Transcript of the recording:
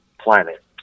planet